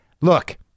Look